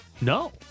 no